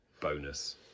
bonus